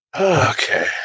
Okay